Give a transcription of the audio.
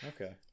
Okay